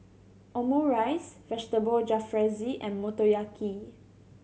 Omurice Vegetable Jalfrezi and Motoyaki